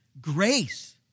grace